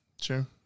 Sure